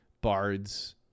bards